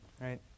right